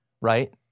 right